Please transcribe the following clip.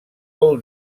vol